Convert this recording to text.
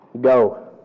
Go